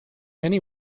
many